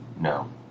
No